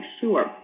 sure